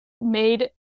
made